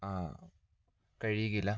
കഴിയുകില്ല